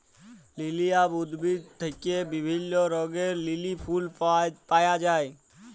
lilium উদ্ভিদ থেক্যে বিভিল্য রঙের লিলি ফুল পায়া যায়